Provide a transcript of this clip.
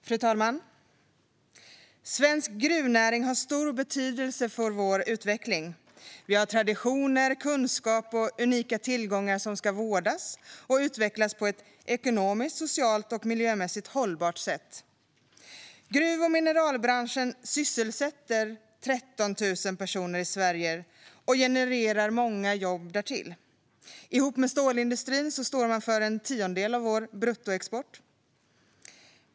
Fru talman! Svensk gruvnäring har stor betydelse för vår utveckling. Vi har traditioner, kunskap och unika tillgångar som ska vårdas och utvecklas på ett ekonomiskt, socialt och miljömässigt hållbart sätt. Gruv och mineralbranschen sysselsätter 13 000 personer i Sverige och genererar många jobb därtill. Ihop med stålindustrin står man för en tiondel av vår bruttoexport.